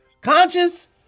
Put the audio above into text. Conscious